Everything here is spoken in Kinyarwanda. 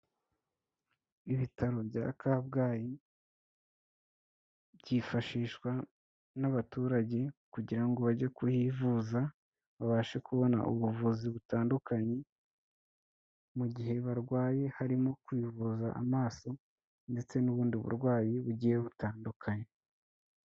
Ibitaro bya kabgayi byifashishwa n'abaturage kugira bajye kuhivuza, babashe kubona ubuvuzi butandukanye mu gihe barwaye, harimo kwivuza amaso, ndetse n'ubundi burwayi bugiye butandukanye.